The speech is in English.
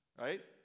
right